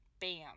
Bam